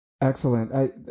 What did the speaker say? Excellent